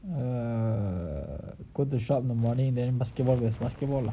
err go to the shop in the morning then basketball basketball lah